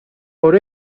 por